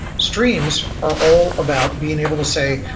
streams are all about being able to say,